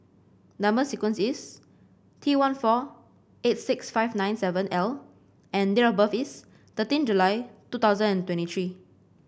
number sequence is T one four eight six five nine seven L and date of birth is thirteen July two thousand and twenty three